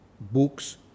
books